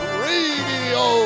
radio